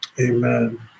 Amen